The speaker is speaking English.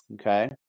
Okay